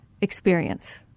experience